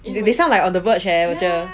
they sound like on the verge leh 我觉得